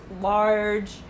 large